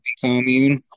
commune